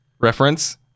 Reference